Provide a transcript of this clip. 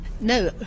No